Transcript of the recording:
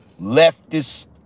leftist